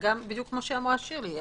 שאמרה שירי,